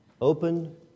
Open